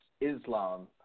Islam